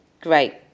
Great